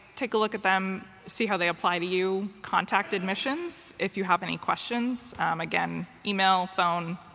take a look at them, see how they apply to you. contact admissions if you have any questions again, email, phone.